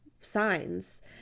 signs